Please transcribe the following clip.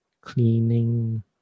cleaning